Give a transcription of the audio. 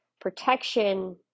protection